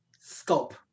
Scope